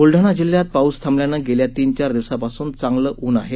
ब्लडाणा जिल्ह्यात पाऊस थांबल्यानं गेल्या तीन चार दिवसांपासून चांगलं ऊन आहे